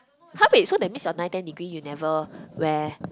!huh! wait so that means your nine ten degree you never wear